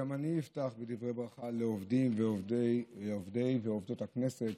גם אני אפתח בדברי ברכה לעובדי ועובדות הכנסת